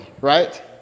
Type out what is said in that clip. right